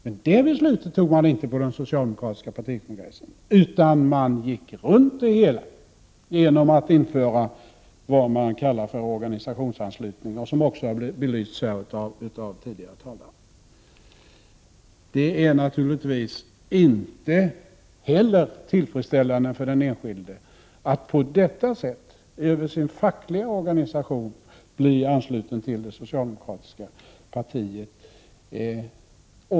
Men det beslutet tog man inte på den socialdemokratiska partikongressen, utan man gick runt det hela genom att införa vad som kallas organisationsanslutning, vilken också har belysts här av tidigare talare. Det är naturligtvis inte heller tillfredsställande för den enskilde att så att säga omvägen, genom sin fackliga organisation, bli ansluten till det socialdemokratiska partiet.